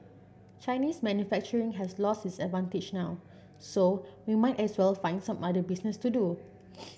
Chinese manufacturing has lost its advantage now so we might as well find some other business to do